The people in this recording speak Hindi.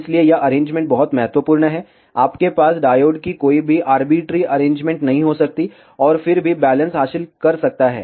इसलिए यह अरेंजमेंट बहुत महत्वपूर्ण है आपके पास डायोड की कोई भी आर्बिट्रेरी अरेंजमेंट नहीं हो सकती है और फिर भी बैलेंस हासिल कर सकता है